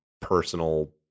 personal